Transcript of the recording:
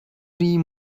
die